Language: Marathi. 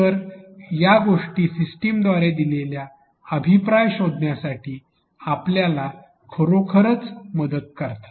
तर या गोष्टी सिस्टमद्वारे दिलेल्या अभिप्राय शोधण्यासाठी आपल्याला खरोखर मदत करतात